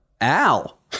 Al